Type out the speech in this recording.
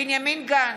מה זה, (קוראת בשמות חברי הכנסת) בנימין גנץ,